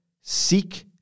seek